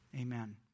amen